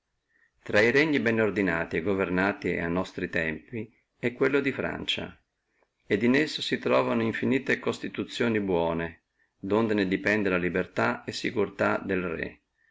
intra regni bene ordinati e governati a tempi nostri è quello di francia et in esso si truovano infinite constituzione buone donde depende la libertà e sicurtà del